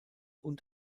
und